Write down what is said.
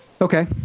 Okay